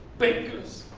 bakers,